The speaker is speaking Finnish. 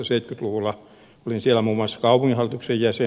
olin siellä muun muassa kaupunginhallituksen jäsen